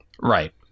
Right